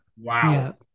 wow